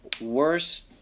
worse